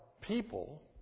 people